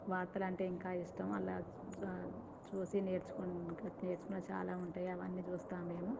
వార్తలంటే ఇంకా ఇష్టం అలా చూసి నేర్చుకునే నేర్చుకునేకి చాలా ఉంటాయి అవన్నీ చూస్తాం మేము